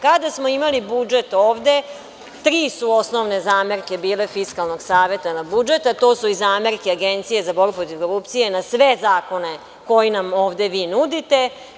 Kada smo imali budžet ovde, tri su osnovne zamerke bile Fiskalnog saveta na budžet, a tu su i zamerke Agencije za borbu protiv korupcije, na sve zakone koje nam ovde vi nudite.